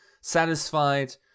satisfied